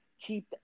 Keep